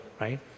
right